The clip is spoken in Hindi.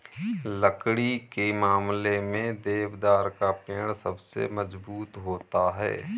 लकड़ी के मामले में देवदार का पेड़ सबसे मज़बूत होता है